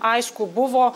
aišku buvo